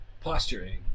posturing